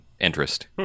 interest